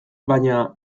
baina